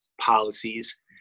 policies